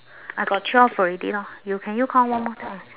I got twelve already lor you can you count one more